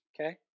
okay